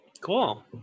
Cool